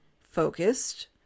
focused